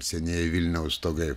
senieji vilniaus stogai